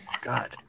God